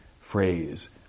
phrase